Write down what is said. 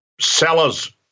sellers